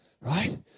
right